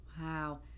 Wow